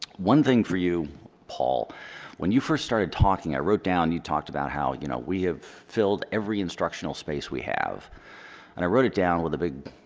one thing for you paul when you first started talking i wrote down you talked about how you know we have filled every instructional space we have and i wrote it down with a big